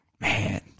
Man